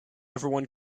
everyone